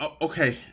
Okay